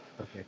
Okay